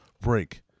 break